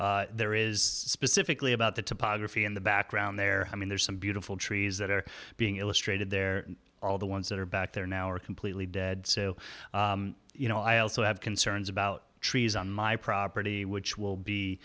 because there is specifically about the topography in the background there i mean there's some beautiful trees that are being illustrated there all the ones that are back there now are completely dead so you know i also have concerns about trees on my property which will be